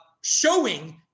showing